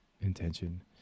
intention